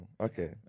Okay